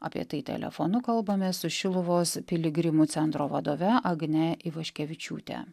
apie tai telefonu kalbamės su šiluvos piligrimų centro vadove agne ivaškevičiūtę